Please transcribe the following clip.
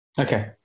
Okay